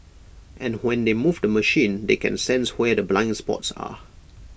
and when they move the machine they can sense where the blind spots are